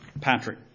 Patrick